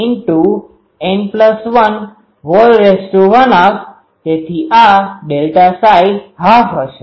63૦πdN112 તેથી આ 12 હશે